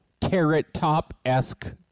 carrot-top-esque